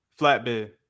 Flatbed